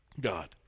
God